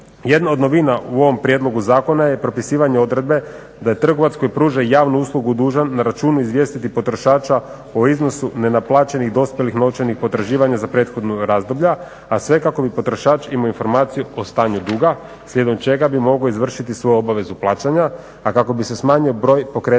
Jedno od novina u ovom prijedlogu zakona je propisivanje odredbe da je trgovac koji pruža javnu uslugu dužan na računu izvijestiti potrošača o iznosu nenaplaćenih dospjelih potraživanja za prethodna razdoblja, a sve kako bi potrošač imao informacije o stanju duga, slijedom čega bi mogao izvršiti svoju obavezu plaćanja, a kako bi se smanjio broj pokretanja